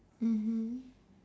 mmhmm